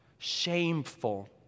shameful